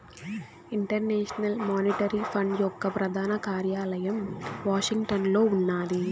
international monetary fund యొక్క ప్రధాన కార్యాలయం వాషింగ్టన్లో ఉన్నాది